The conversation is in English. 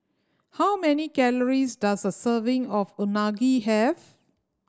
how many calories does a serving of Unagi have